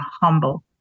humble